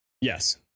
yes